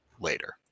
later